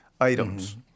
items